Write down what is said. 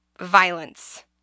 violence